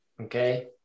okay